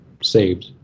saved